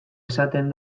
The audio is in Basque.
izaten